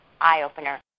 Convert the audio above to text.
eye-opener